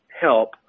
help